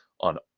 on